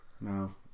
No